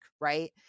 right